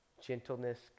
gentleness